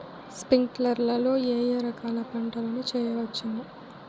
స్ప్రింక్లర్లు లో ఏ ఏ రకాల పంటల ను చేయవచ్చును?